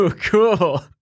cool